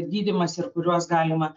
gydymas ir kuriuos galima